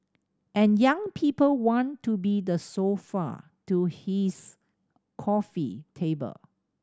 and young people want to be the sofa to his coffee table